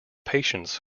patients